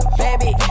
baby